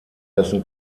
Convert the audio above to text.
dessen